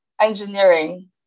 engineering